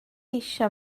eisiau